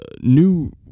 new